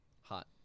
Hot